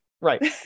Right